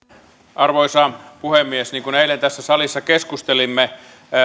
arvoisa puhemies niin kuin eilen tässä salissa keskustelimme